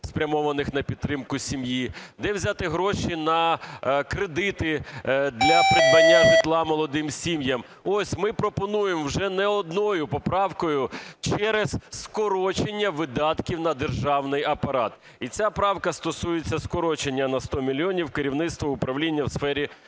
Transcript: спрямованих на підтримку сім'ї? Де взяти гроші на кредити для придбання житла молодим сім'ям? Ось ми пропонуємо вже не однією поправкою через скорочення видатків на державний апарат. І ця правка стосується скорочення на 100 мільйонів - керівництво, управління у сфері рибного